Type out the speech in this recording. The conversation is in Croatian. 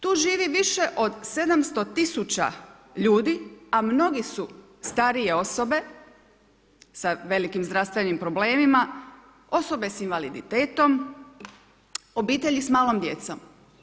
Tu živi više od 700 000 ljudi, a mnogi su starije osobe sa velikim zdravstvenim problemima, osobe sa invaliditetom, obitelji sa malom djecom.